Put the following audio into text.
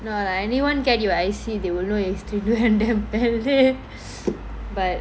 no lah anyone scan your I_C they will know your history என்ன பண்றது :enna panrathu but